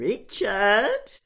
Richard